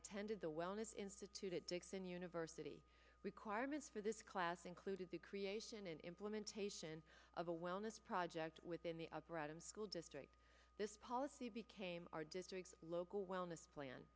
attended the wellness institute at dixon university requirements for this class included the creation and implementation of a wellness project within the upright and school districts this policy became our district local wellness plan